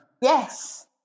Yes